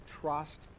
trust